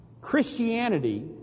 Christianity